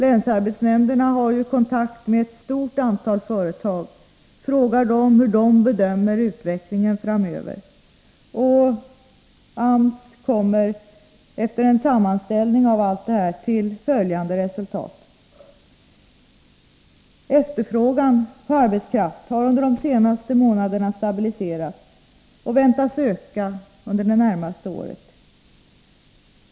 Länsarbetsnämnderna har ju kontakt med ett stort antal företag, fråga dem hur de bedömer utvecklingen framöver. AMS kommer efter en sammanställning av allt detta fram till följande resultat. ”Efterfrågan på arbetskraft har under de senaste månaderna stabiliserats och väntas öka under det närmaste året ——-.